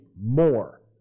more